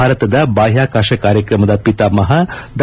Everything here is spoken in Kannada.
ಭಾರತದ ಬಾಹ್ಯಾಕಾಶ ಕಾರ್ಯಕ್ರಮದ ಪಿತಾಮಹ ಡಾ